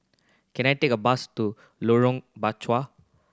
can I take a bus to Lorong Bachok